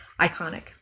iconic